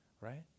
right